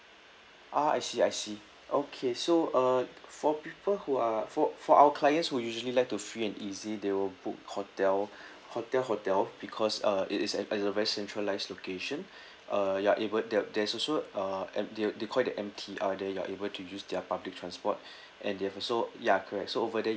ah I see I see okay so uh for people who are for for our clients who usually like to free and easy they will book hotel hotel hotel because uh it is at a very centralised location uh you're able there there's also uh and they're they're quite empty uh there you're able to use their public transport and they have also ya correct so over there